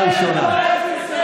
אתה אפס.